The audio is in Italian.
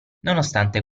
nonostante